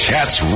Cats